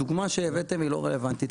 הדוגמא שהבאתם היא לא רלוונטית.